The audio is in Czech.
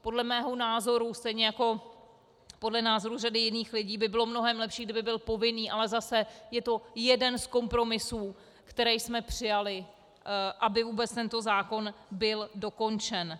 Podle mého názoru stejně jako podle názoru řady jiných lidí by bylo mnohem lepší, kdyby byl povinný, ale zase, je to jeden z kompromisů, které jsme přijali, aby vůbec tento zákon byl dokončen.